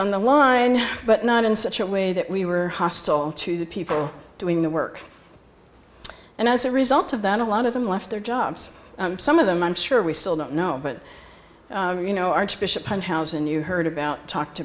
on the line but not in such a way that we were hostile to the people doing the work and as a result of that a lot of them left their jobs some of them i'm sure we still don't know but you know archbishop one house and you heard about talked